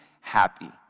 happy